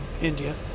India